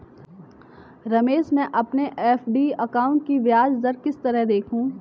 रमेश मैं अपने FD account की ब्याज दर किस तरह देखूं?